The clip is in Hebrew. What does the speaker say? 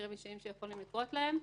מקרים אישיים שיכולים לקרות להם,